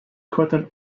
croton